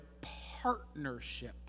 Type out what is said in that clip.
partnership